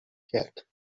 کرد